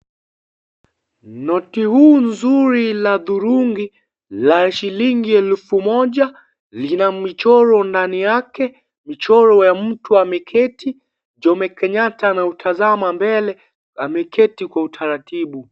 Noti huu nzuri la udhurungi, la shilingi elfu moja, lina michoro ndani yake, michoro ya mtu ameketi, Jome Kenyatta anautazama mbele, ameketi kwa utatatibu.